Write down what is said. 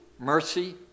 Mercy